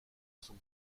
son